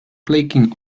clicking